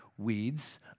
Weeds